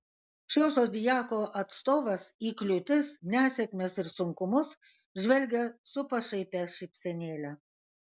šio zodiako atstovas į kliūtis nesėkmes ir sunkumus žvelgia su pašaipia šypsenėle